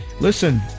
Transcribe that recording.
listen